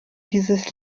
dieses